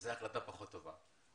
זו החלטה פחות טובה,